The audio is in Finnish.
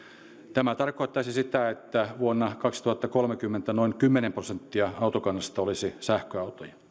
tämä tarkoittaisi sitä että vuonna kaksituhattakolmekymmentä noin kymmenen prosenttia autokannasta olisi sähköautoja